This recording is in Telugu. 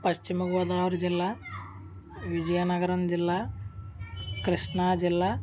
పశ్చిమగోదావరి జిల్లా విజయనగరం జిల్లా కృష్ణా జిల్లా